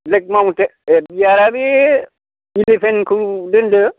black mountain बियारा बे इलेभेनखौ दोनदो